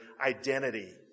identity